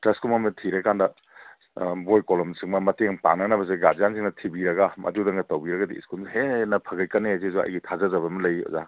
ꯇ꯭ꯔꯁꯀꯨꯝꯕ ꯑꯃ ꯊꯤꯔꯀꯥꯟꯗ ꯕꯣꯏ ꯀꯣꯂꯣꯝ ꯁꯨꯝꯕ ꯃꯇꯦꯡ ꯄꯥꯡꯅꯅꯕꯁꯦ ꯒꯥꯔꯖꯤꯌꯥꯟꯁꯤꯡꯅ ꯊꯤꯕꯤꯔꯒ ꯃꯗꯨꯗꯪꯒ ꯇꯧꯕꯤꯔꯒꯗꯤ ꯁ꯭ꯀꯨꯜꯁꯦ ꯍꯦꯟꯅ ꯐꯒꯠꯀꯅꯦ ꯍꯥꯏꯁꯤꯁꯨ ꯑꯩꯒꯤ ꯊꯥꯖꯖꯕ ꯑꯝ ꯂꯩ ꯑꯣꯖꯥ